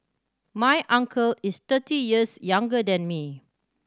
my uncle is thirty years younger than me